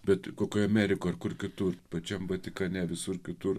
bet kokioje amerikoje kur kitur pačiam vatikane visur kitur